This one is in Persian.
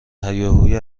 هیاهوی